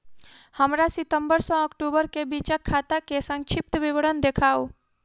हमरा सितम्बर सँ अक्टूबर केँ बीचक खाता केँ संक्षिप्त विवरण देखाऊ?